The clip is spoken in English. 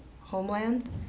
homeland